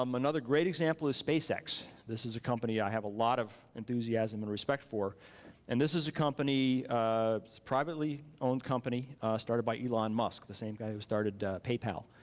um another great example is spacex. this is a company i have a lot of enthusiasm and respect for and this is a company that's a privately owned company started by elon musk, the same guy who started paypal.